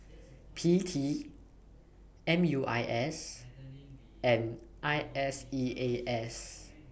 P T M U I S and I S E A S